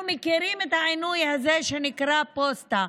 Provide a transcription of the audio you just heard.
אנחנו מכירים את העינוי הזה שנקרא פוסטה.